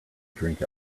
drink